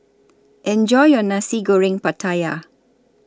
Enjoy your Nasi Goreng Pattaya